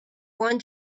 one